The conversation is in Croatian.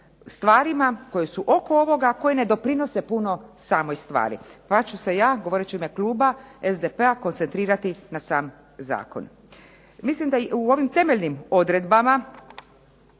stvarima koje su oko ovoga a koje ne doprinose puno samoj stvari, pa ću se ja govoreći u ime kluba SDP-a koncentrirati na sam zakon. Mislim da u ovim temeljnim odredbama